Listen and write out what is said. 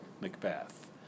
Macbeth